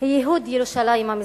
היא ייהוד ירושלים המזרחית.